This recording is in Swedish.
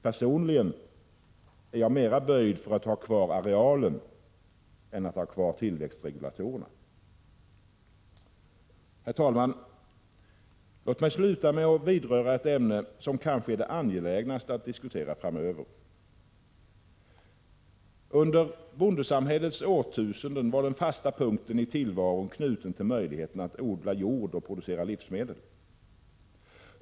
Personligen är jag mera böjd för att ha kvar arealen än att ha kvar tillväxtregulatorerna. Herr talman! Låt mig sluta med att vidröra ett ämne som kanske är det angelägnaste att diskutera framöver. Under bondesamhällets årtusenden var den fasta punkten i tillvaron knuten till möjligheten att odla jord och producera livsmedel.